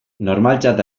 normaltzat